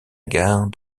gare